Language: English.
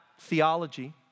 theology